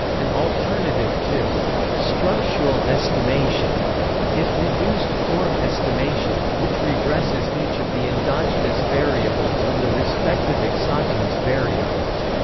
an alternative to structural estimation is reduced-form estimation, which regresses each of the endogenous variables on the respective exogenous variables.